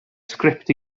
sgript